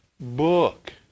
Book